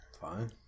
Fine